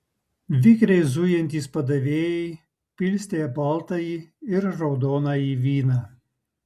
vikriai zujantys padavėjai pilstė baltąjį ir raudonąjį vyną